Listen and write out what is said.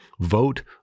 vote